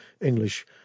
English